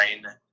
nine